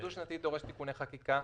דו-שנתי דורש תיקוני חקיקה.